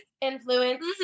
influence